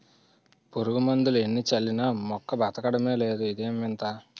పురుగుమందులు ఎన్ని చల్లినా మొక్క బదకడమే లేదు ఇదేం వింత?